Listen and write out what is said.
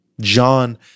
John